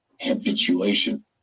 habituation